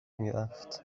میرفت